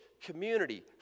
community